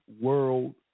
world